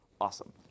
awesome